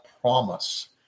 promise